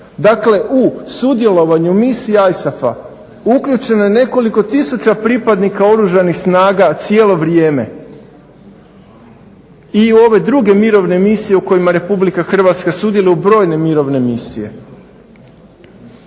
Dakle, u sudjelovanju misije ISAF-a uključeno je nekoliko tisuća pripadnika Oružanih snaga cijelo vrijeme. I u ove druge mirovne misije u kojima RH sudjeluje, u brojne mirovne misije.